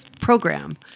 program